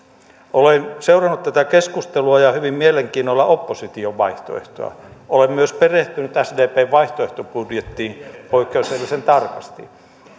olen seurannut tätä keskustelua ja hyvin mielenkiinnolla opposition vaihtoehtoa olen myös perehtynyt sdpn vaihtoehtobudjettiin poikkeuksellisen tarkasti